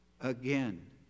Again